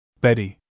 Betty